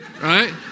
Right